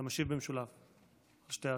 אתה משיב במשולב על שתי ההצעות,